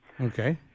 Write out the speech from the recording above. Okay